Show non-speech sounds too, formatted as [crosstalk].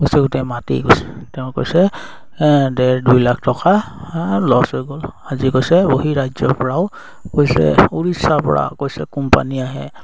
[unintelligible] গোটেই মাতি গৈছে তেওঁ কৈছে দেৰ দুই লাখ টকা লছ হৈ গ'ল আজি কৈছে বহিঃ ৰাজ্যৰ পৰাও কৈছে উড়িষাৰ পৰা কৈছে কোম্পানী আহে